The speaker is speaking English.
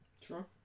Sure